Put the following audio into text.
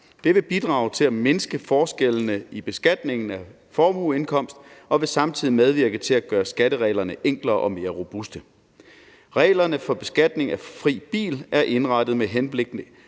Det vil bidrage til at mindske forskellene i beskatningen af formueindkomst og vil samtidig medvirke til at gøre skattereglerne enklere og mere robuste. Reglerne for beskatning af fri bil er indrettet med henblik